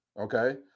okay